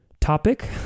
topic